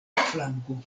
flanko